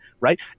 right